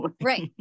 Right